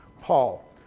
Paul